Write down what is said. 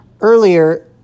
earlier